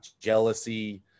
jealousy